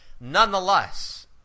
Nonetheless